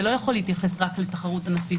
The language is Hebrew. זה לא יכול להתייחס רק לתחרות ענפית.